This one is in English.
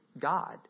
God